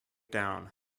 down